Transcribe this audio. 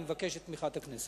אני מבקש את תמיכת הכנסת.